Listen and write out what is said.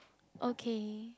okay